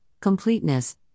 completeness